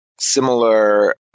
similar